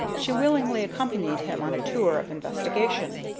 she willingly accompanied him on a tour of investigation.